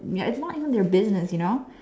ya its not even your business you know